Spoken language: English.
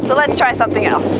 but let's try something else.